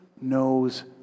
knows